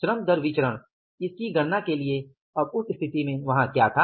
श्रम दर विचरण इसकी गणना के लिए अब उस स्थिति में वहां क्या था